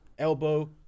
Elbow